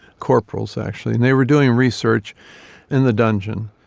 corporals actually, and they were doing research in the dungeon,